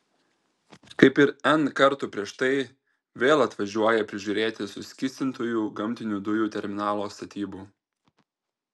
kaip ir n kartų prieš tai vėl atvažiuoja pažiūrėti suskystintųjų gamtinių dujų terminalo statybų